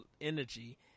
energy